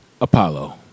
Apollo